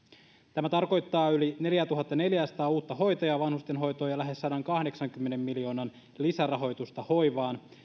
tämä tarkoittaa yli neljäätuhattaneljääsataa uutta hoitajaa vanhustenhoitoon ja lähes sadankahdeksankymmenen miljoonan lisärahoitusta hoivaan